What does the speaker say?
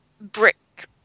brick